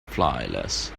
flightless